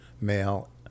male